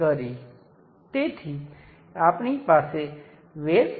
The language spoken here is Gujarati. હવે જો તમે આ પૂર્ણ કરો તો આ કરંટ I તે રીતે વહે છે